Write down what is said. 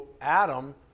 Adam